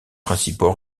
principaux